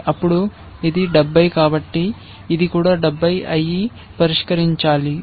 అవును ఇది 70 కాబట్టి ఇది కూడా 70 అయి పరిష్కరించాలి